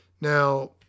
Now